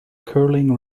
curling